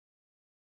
China guy